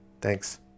Thanks